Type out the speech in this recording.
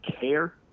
care